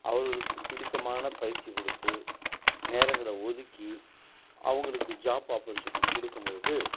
அவர்களுக்கு பிடித்தமான பயிற்சிக் கொடுத்து நேரங்களை ஒதுக்கி அவங்களுக்கு ஜாப் ஆபர்ச்சுனிட்டி கொடுக்கும் போது